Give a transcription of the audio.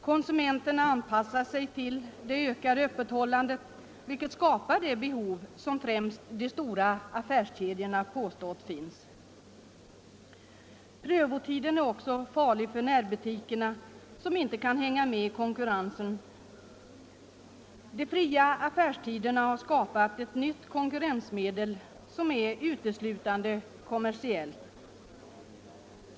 Konsumenterna anpassar sig till det ökade öppethållandet, vilket skapar det behov som nu finns, enligt vad man påstår främst från de stora affärskedjorna. Prövotiden är också farlig för närbutikerna, som inte kan hänga med i konkurrensen. De fria affärstiderna har skapat ett nytt konkurrensmedel som är uteslutande kommersiellt.